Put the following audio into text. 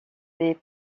des